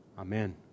Amen